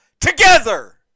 together